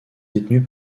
détenues